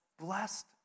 Blessed